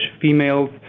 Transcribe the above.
females